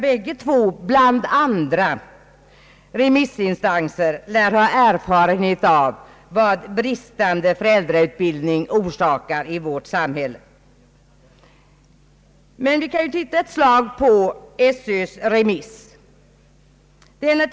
Båda dessa remissinstanser — bland andra — lär ha erfarenhet av vad bristande föräldrautbildning orsakar i vårt samhälle. Men vi kan titta ett slag på SÖ:s remissvar.